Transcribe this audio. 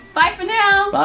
bye for now.